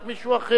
לא נהוג גם.